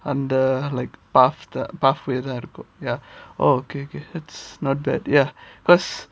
under like path the pathway தான் இருக்கும்:than irukum ya okay okay it's not bad ya because